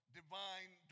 divine